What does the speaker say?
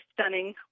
stunning